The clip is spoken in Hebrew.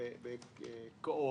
בקו-אופ.